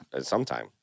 Sometime